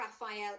Raphael